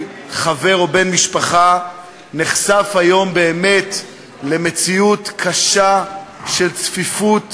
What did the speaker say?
חבר או בן משפחה נחשף היום באמת למציאות קשה של צפיפות,